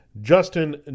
Justin